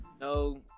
No